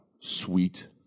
sweet